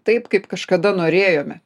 taip kaip kažkada norėjome